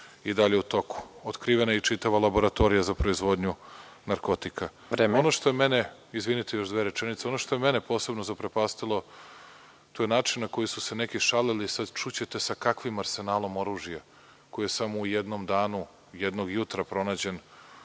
i dalje u toku. Otkrivena je i čitava laboratorija za proizvodnju narkotika. **Nebojša Stefanović** Vreme. **Aleksandar Vučić** Izvinite, još dve rečenice. Ono što je mene posebno zaprepastilo to je način na koji su se neki šalili, čućete sa kakvim arsenalom oružja, koje samo u jednom danu jednog jutra pronađen